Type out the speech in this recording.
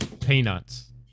peanuts